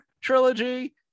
trilogy